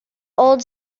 old